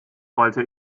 wollte